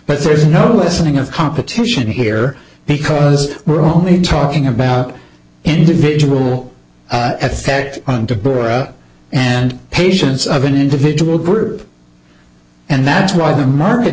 but there is no listening of competition here because we're only talking about individual effects on to bora and patients of an individual group and that's why the market